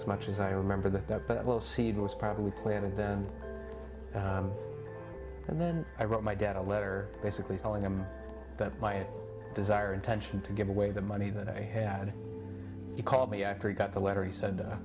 as much as i remember that little seed was probably planted then and then i wrote my dad a letter basically telling him that my desire intention to give away the money that i had he called me after he got the letter he said